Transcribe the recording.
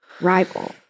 rival